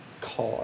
car